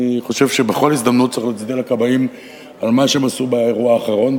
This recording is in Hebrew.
אני חושב שבכל הזדמנות צריך להצדיע לכבאים על מה שהם עשו באירוע האחרון,